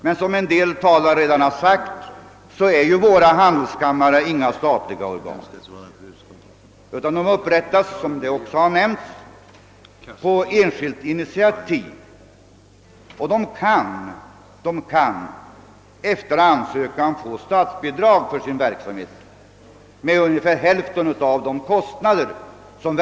Men som en del talare redan framhållit är våra handelskammare inga statliga organ, utan de upprättas på enskilt initiativ. De kan efter ansökan få statsbidrag för sin verksamhet med ungefär hälften av kostnaderna.